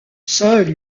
seule